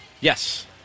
Yes